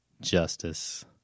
Justice